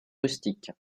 rustiques